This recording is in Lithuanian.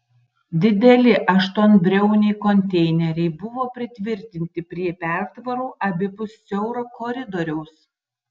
dideli aštuonbriauniai konteineriai buvo pritvirtinti prie pertvarų abipus siauro koridoriaus